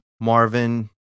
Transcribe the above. Marvin